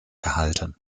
erhalten